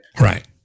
Right